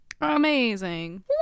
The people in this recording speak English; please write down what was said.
Amazing